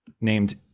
named